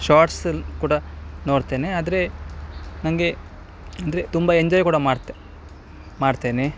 ಶಾರ್ಟ್ಸಲ್ಲಿ ಕೂಡ ನೋಡ್ತೇನೆ ಆದರೆ ನನಗೆ ಅಂದರೆ ತುಂಬ ಎಂಜಾಯ್ ಕೂಡ ಮಾಡ್ತೆ ಮಾಡ್ತೇನೆ